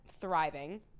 thriving